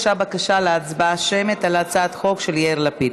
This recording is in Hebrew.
הוגשה בקשה להצבעה שמית על הצעת החוק של יאיר לפיד.